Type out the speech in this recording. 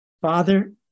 father